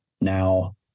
Now